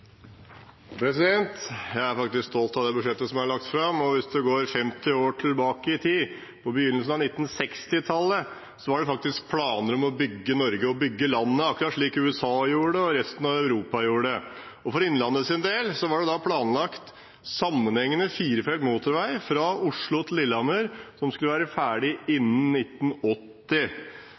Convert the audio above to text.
lagt fram. Hvis en går 50 år tilbake i tid, til begynnelsen av 1960-tallet, så var det faktisk planer om å bygge Norge, bygge landet slik USA og resten av Europa gjorde. For Innlandet sin del var det planlagt sammenhengende firefelts motorvei fra Oslo til Lillehammer som skulle være ferdig innen 1980.